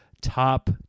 top